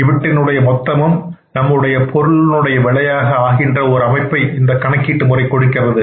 இவற்றினுடைய மொத்தம் நம்முடைய பொருளுடைய விலையாக ஆகின்ற ஒரு அமைப்பை இந்த கணக்கீட்டு முறை கொடுக்கின்றது